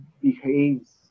behaves